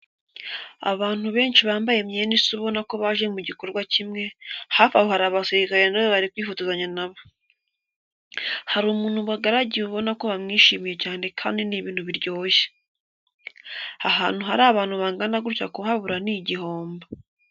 Abantu benshi bambaye imyenda isa ubona ko baje mu gikorwa kimwe, hafi aho hari abasirikare na bo bari kwifotozanya na bo. Hari umuntu bagaragiye ubona ko bamwishimiye cyane kandi ni ibintu biryoshye, ahantu hari abantu bangana gutya kuhabura ni igihombo.